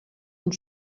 und